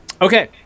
Okay